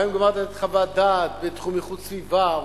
גם אם מדובר בחוות דעת בתחום איכות סביבה,